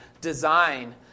design